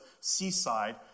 Seaside